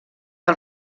del